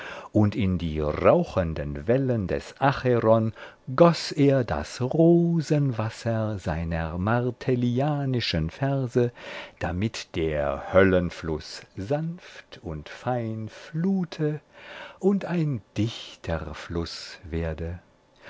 und in die rauchenden wellen des acheron goß er das rosenwasser seiner martellianischen verse damit der höllenfluß sanft und fein flute und ein dichterfluß werde